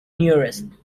nearest